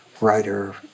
writer